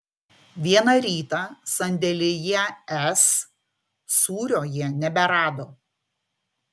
vieną rytą sandėlyje s sūrio jie neberado